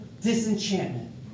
disenchantment